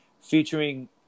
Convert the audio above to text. featuring